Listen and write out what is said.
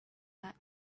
that